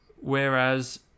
whereas